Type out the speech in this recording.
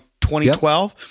2012